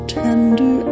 tender